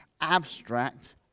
abstract